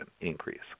increase